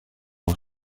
aux